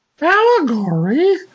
Allegory